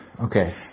Okay